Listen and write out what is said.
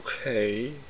okay